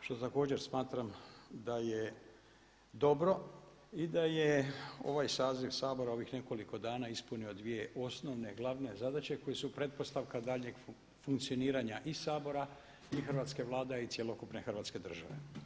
što također smatram da je dobro i da je ovaj saziv Sabora ovih nekoliko dana ispunio dvije osnovne glavne zadaće koje su pretpostavka daljnjeg funkcioniranja i Sabora i Hrvatske vlade a i cjelokupne Hrvatske države.